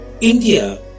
India